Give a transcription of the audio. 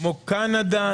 כמו קנדה,